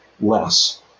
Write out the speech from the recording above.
less